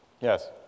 Yes